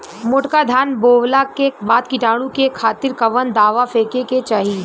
मोटका धान बोवला के बाद कीटाणु के खातिर कवन दावा फेके के चाही?